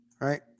right